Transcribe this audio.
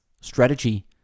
Strategy